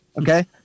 Okay